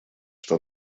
что